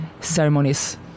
ceremonies